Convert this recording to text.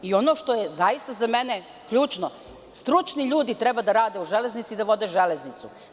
Ono što je zaista za mene ključno, stručni ljudi treba da rade u Železnici i da vode Železnicu.